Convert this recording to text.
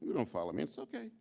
don't follow me it's okay